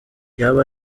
yaba